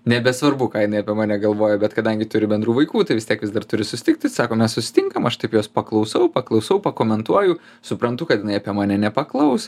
nebesvarbu ką jinai apie mane galvoja bet kadangi turiu bendrų vaikų tai vis tiek vis dar turiu susitikti sako mes susitinkam aš taip jos paklausau paklausau pakomentuoju suprantu kad jinai apie mane nepaklaus